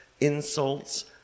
insults